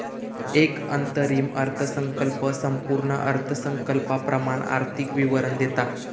एक अंतरिम अर्थसंकल्प संपूर्ण अर्थसंकल्पाप्रमाण आर्थिक विवरण देता